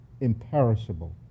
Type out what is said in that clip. imperishable